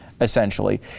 essentially